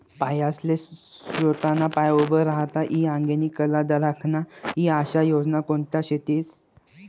बायास्ले सोताना पायावर उभं राहता ई आंगेनी कला दखाडता ई आशा योजना कोणत्या शेतीस?